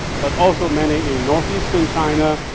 but also many in northeastern china,